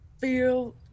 feel